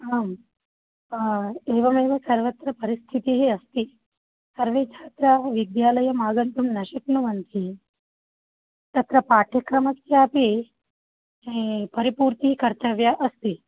आम् एवमेव सर्वत्र परिस्थितिः अस्ति सर्वे छात्राः विद्यालयम् आगन्तुं न शक्नुवन्ति तत्र पाठ्यक्रमस्यापि परिपूर्तिः कर्तव्या अस्ति